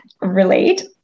relate